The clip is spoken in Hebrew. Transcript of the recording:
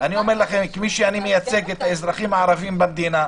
כמי שמייצג את האזרחים הערבים במדינה,